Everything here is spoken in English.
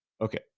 okay